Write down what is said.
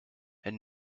and